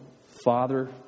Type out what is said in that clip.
father